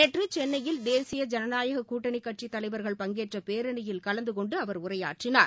நேற்று சென்னையில் தேசிய ஜனநாயகக் கூட்டணிக் கட்சித் தலைவர்கள் பங்கேற்ற பேரணியில் கலந்தகொண்டு அவர் உரையாற்றினார்